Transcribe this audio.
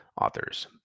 Authors